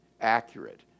accurate